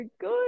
good